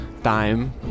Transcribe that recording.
time